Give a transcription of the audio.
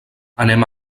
anem